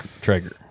Traeger